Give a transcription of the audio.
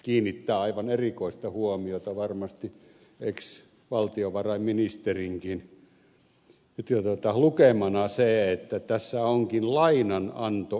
kiinnittää aivan erikoista huomiota varmasti ex valtiovarainministerinkin lukemana se että tässä onkin lainananto operaatiosta kysymys